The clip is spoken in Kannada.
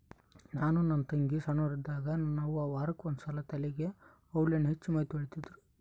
ನಾನು ನನ್ನ ತಂಗಿ ಸೊಣ್ಣೋರಿದ್ದಾಗ ನನ್ನ ಅವ್ವ ವಾರಕ್ಕೆ ಒಂದ್ಸಲ ತಲೆಗೆ ಔಡ್ಲಣ್ಣೆ ಹಚ್ಚಿ ಮೈತೊಳಿತಿದ್ರು